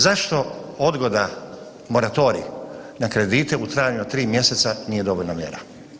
Zašto odgoda moratorij na kredite u trajanju od 3 mjeseca nije dovoljna mjera?